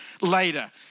later